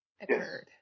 occurred